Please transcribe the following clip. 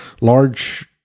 large